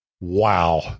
Wow